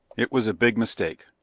it was a big mistake.